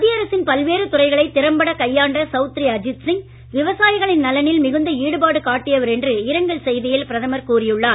மத்திய அரசின் பல்வேறு துறைகளை திறம்பட கையாண்ட சவுத்ரி அஜித் சிங் விவசாயிகளின் நலனில் மிகுந்த ஈடுபாடு காட்டியவர் என்று இரங்கல் செய்தியில் பிரதமர் கூறியுள்ளார்